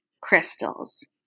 crystals